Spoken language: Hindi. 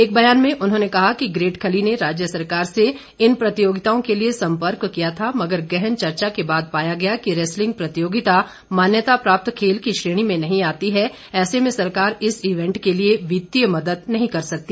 एक ब्यान में उन्होंने कहा कि ग्रेट खली ने राज्य सरकार से इन प्रतियोगिताओं के लिए संपर्क किया था मगर गहन चर्चा के बाद पाया गया कि रैसलिंग प्रतियोगिता मान्यता प्राप्त खेल की श्रेणी में नहीं आती है ऐसे में सरकार इस इवेंट के लिए वितीय मदद नहीं कर सकती